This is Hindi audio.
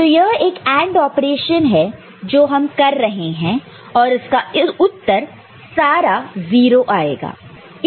तो यह एक AND ऑपरेशन है जो हम कर रहे हैं और इसका उत्तर सारा 0 आएगा